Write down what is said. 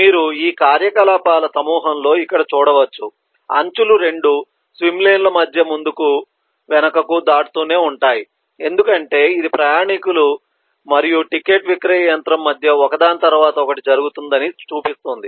మీరు ఈ కార్యకలాపాల సమూహంలో ఇక్కడ చూడవచ్చు అంచులు 2 స్విమ్ లేన్ ల మధ్య ముందుకు వెనుకకు దాటుతూనే ఉంటాయి ఎందుకంటే ఇది ప్రయాణికులు మరియు టికెట్ విక్రయ యంత్రం మధ్య ఒకదాని తరువాత ఒకటి జరుగుతుందని చూపిస్తుంది